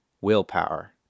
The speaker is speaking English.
willpower